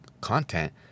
content